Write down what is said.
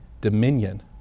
dominion